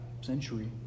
century